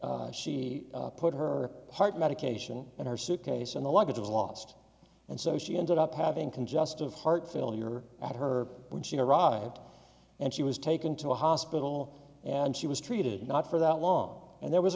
flight she put her heart medication in her suitcase and the luggage was lost and so she ended up having congestive heart failure at her when she arrived and she was taken to a hospital and she was treated not for that long and there was